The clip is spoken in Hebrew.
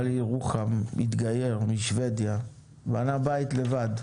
בא לירוחם, התגייר, משבדיה, בנה בית לבד,